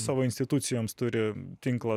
savo institucijoms turi tinklą